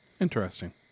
interesting